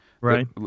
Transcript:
Right